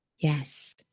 Yes